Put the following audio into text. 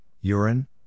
urine